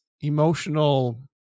emotional